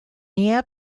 nea